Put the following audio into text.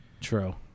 true